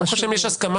ברוך השם יש הסכמה,